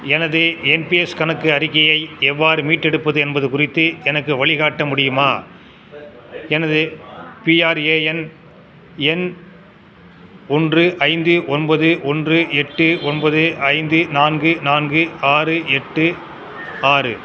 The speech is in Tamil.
எனது என்பிஎஸ் கணக்கு அறிக்கையை எவ்வாறு மீட்டெடுப்பது என்பது குறித்து எனக்கு வழிகாட்ட முடியுமா எனது பிஆர்ஏஎன் எண் ஒன்று ஐந்து ஒன்பது ஒன்று எட்டு ஒன்பது ஐந்து நான்கு நான்கு ஆறு எட்டு ஆறு